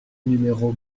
numéro